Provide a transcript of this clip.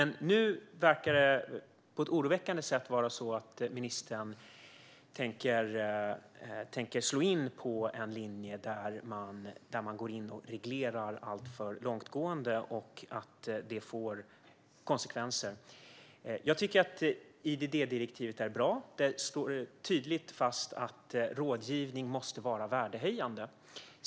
Nu verkar det, på ett oroväckande sätt, vara så att ministern tänker slå in på en linje där man reglerar alltför långtgående. Det får konsekvenser. Jag tycker att IDD-direktivet är bra. Det slår tydligt fast att rådgivning måste vara värdehöjande.